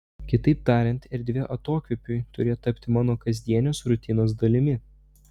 kitaip tariant erdvė atokvėpiui turėjo tapti mano kasdienės rutinos dalimi